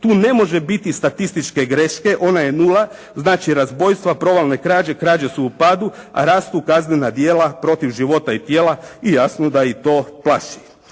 Tu ne može biti statističke greške. Ona je nula. Znači razbojstva, provalne krađe, krađe su u padu, a rastu kaznena djela protiv života i tijela i jasno da i to plaši.